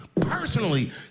personally